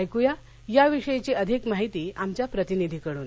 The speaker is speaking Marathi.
ऐकूया याविषयीची अधिक माहिती आमच्या प्रतिनिधीकडून